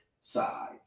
side